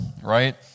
right